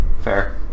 Fair